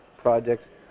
projects